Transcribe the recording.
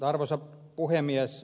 arvoisa puhemies